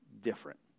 different